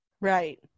right